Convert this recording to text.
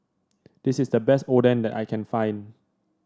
this is the best Oden that I can find